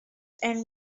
and